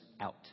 out